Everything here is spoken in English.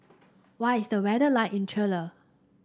what is the weather like in Chile